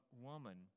woman